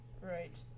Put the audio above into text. right